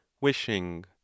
wishing